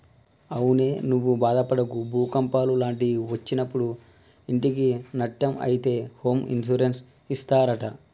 అవునే నువ్వు బాదపడకు భూకంపాలు లాంటివి ఒచ్చినప్పుడు ఇంటికి నట్టం అయితే హోమ్ ఇన్సూరెన్స్ ఇస్తారట